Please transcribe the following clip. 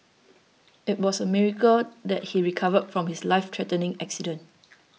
it was a miracle that he recovered from his lifethreatening accident